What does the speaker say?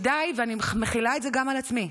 שכדאי, ואני מחילה את זה גם על עצמי,